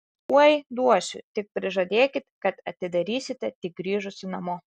tuoj duosiu tik prižadėkit kad atidarysite tik grįžusi namo